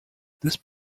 this